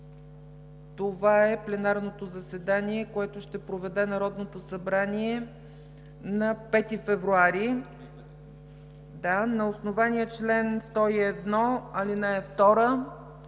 Това е пленарното заседание, което ще проведе Народното събрание на 5 февруари. На основание чл. 101, ал. 2